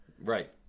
Right